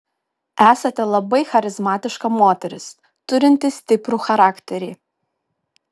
esate labai charizmatiška moteris turinti stiprų charakterį